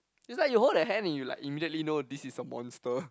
it's like you hold their hand and you like immediately know this is a monster